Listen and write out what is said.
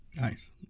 Nice